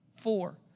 Four